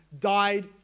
died